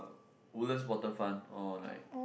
Woodlands-Waterfront or like